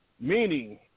meaning